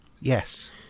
Yes